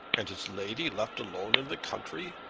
and his lady left alone in the country?